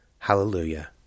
HALLELUJAH